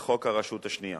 לחוק הרשות השנייה,